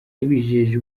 yabijeje